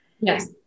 Yes